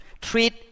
treat